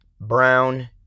Brown